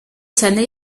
cyane